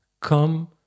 come